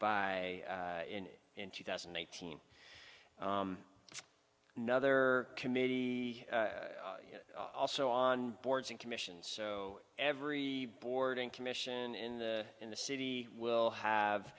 by him in two thousand and eighteen another committee also on boards and commissions so every board and commission in the in the city will have